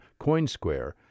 Coinsquare